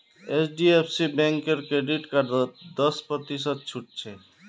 HDFC बैंकेर credit कार्डत दस प्रतिशत छूट छ